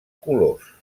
colors